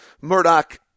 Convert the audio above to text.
Murdoch